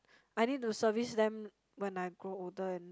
I need to service them when I grow older and